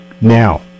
Now